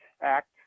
Act